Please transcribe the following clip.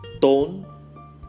Tone